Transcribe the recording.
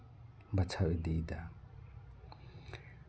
ᱵᱟᱪᱷᱟᱲ ᱤᱫᱤᱭᱮᱫᱟ